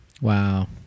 Wow